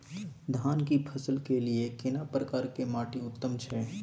धान की फसल के लिये केना प्रकार के माटी उत्तम छै?